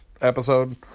episode